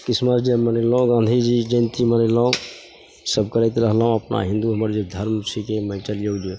Christmas Day मनेलहुँ गाँधीजी जयन्ती मनेलहुँ ईसब करैत रहलहुँ अपना हिन्दू हमर जे धर्म छिकै मानि लिऔ जे